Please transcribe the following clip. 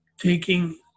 taking